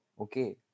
Okay